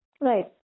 Right